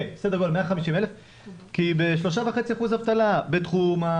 כן, סדר גודל של 150,000. ב-3.5% אבטלה, בתחום,